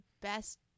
best-